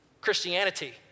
Christianity